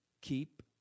keep